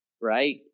right